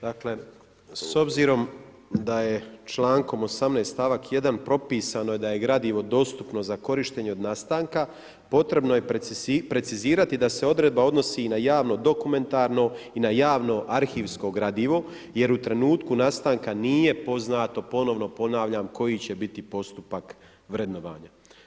Dakle s obzirom da je člankom 18. stavak 1. propisano je da je gradivo dostupno za korištenje od nastanka, potrebno je precizirati da odredba odnosi na javno dokumentarno i na javno arhivsko gradivo jer u trenutku nastanka nije poznato, ponovno ponavljam, koji će biti postupak vrednovanja.